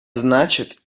значит